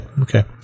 Okay